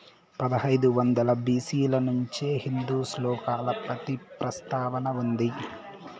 పదహైదు వందల బి.సి ల నుంచే హిందూ శ్లోకాలలో పత్తి ప్రస్తావన ఉంది